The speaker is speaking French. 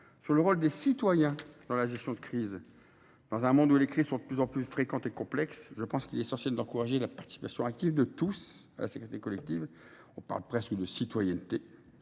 sur le rôle des citoyens dans la gestion de crise. Dans un monde où les crises sont de plus en plus fréquentes et complexes, je pense qu’il est essentiel d’encourager la participation active de tous à la sécurité collective ; nous parlons presque de citoyenneté.